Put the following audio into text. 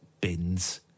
bins